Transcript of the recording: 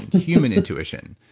human intuition,